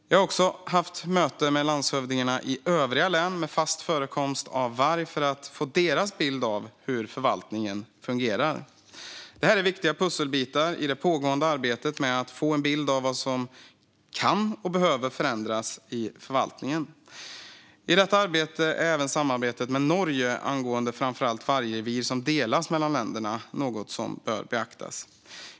Jag har också haft möte med landshövdingarna i övriga län med fast förekomst av varg för att få deras bild av hur förvaltningen fungerar. Detta är viktiga pusselbitar i det pågående arbetet med att få en bild av vad som kan och behöver förändras i förvaltningen. I detta arbete är även samarbetet med Norge angående framför allt vargrevir som delas mellan länderna något som bör beaktas.